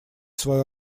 свою